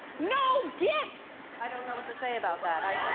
no gifts! i don't know what to say about that. i.